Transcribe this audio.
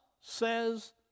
says